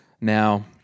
Now